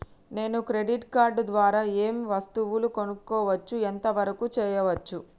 నేను credit card ద్వారా ఏం వస్తువులు కొనుక్కోవచ్చు ఎంత వరకు చేయవచ్చు?